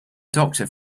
doctor